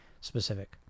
specific